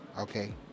Okay